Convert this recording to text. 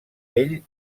ell